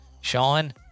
Sean